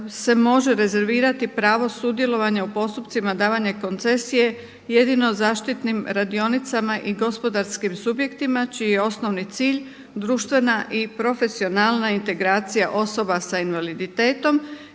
se može rezervirati pravo sudjelovanja u postupcima davanja koncesije jedino zaštitnim radionicama i gospodarskim subjektima čiji je osnovni cilj društvena i profesionalna integracija osoba sa invaliditetom